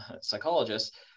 psychologists